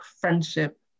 friendship